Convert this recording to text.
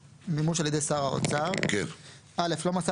מימוש על ידי שר האוצר 45. (א) לא מסר